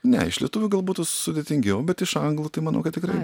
ne iš lietuvių gal būtų sudėtingiau bet iš anglų tai manau kad tikrai